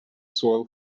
soil